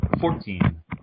Fourteen